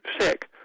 sick